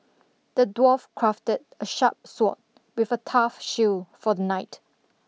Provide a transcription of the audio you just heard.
the dwarf crafted a sharp sword with a tough shield for the knight